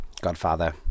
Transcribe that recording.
Godfather